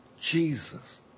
Jesus